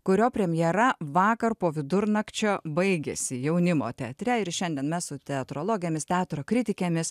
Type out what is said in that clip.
kurio premjera vakar po vidurnakčio baigėsi jaunimo teatre ir šiandien mes su teatrologėmis teatro kritikėmis